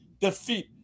defeat